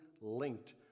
linked